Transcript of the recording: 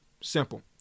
Simple